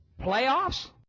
playoffs